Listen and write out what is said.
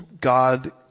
God